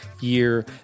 year